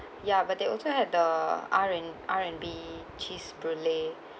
ya but they also had the R_and R_and_B cheese brulee